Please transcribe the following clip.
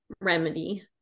remedy